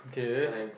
okay